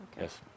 Yes